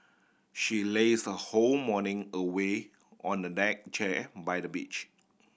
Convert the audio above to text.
she laze her whole morning away on the deck chair by the beach